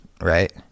right